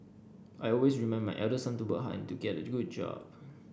I always remind my elder son to work hard and to get a good job